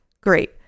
great